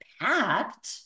packed